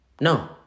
No